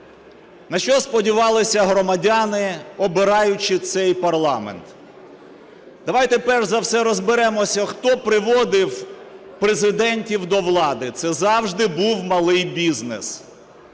На що сподівалися громадяни, обираючи цей парламент? Давайте перш за все розберемося, хто приводив президентів до влади. Це завжди був малий бізнес.